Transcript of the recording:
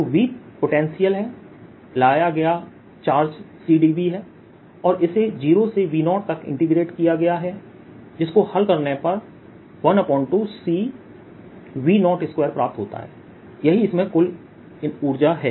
तो V potential है लाया चार्ज C dV है और इसे 0 से V0 तक इंटीग्रेट किया गया है जिस को हल करने पर 12CV02 प्राप्त होता है यही इसमें कुल ऊर्जा है